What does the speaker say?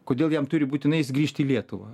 kodėl jam turi būtinai jis grįžti į lietuvą